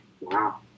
Wow